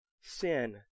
Sin